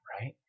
right